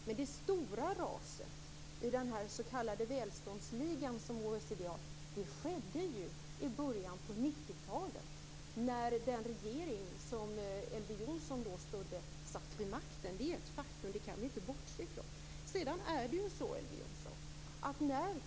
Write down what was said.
Men det stora raset i OECD:s s.k. välståndsliga skedde i början på 90-talet, när den regering som Elver Jonsson då stödde satt vid makten. Det är ett faktum. Det kan vi inte bortse ifrån.